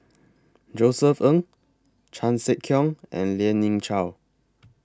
Josef Ng Chan Sek Keong and Lien Ying Chow